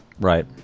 right